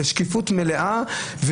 לשקיפות מלאה.